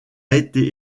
été